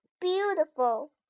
beautiful